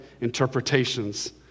interpretations